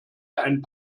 ein